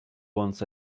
ones